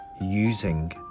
using